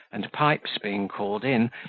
and pipes, being called in,